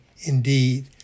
indeed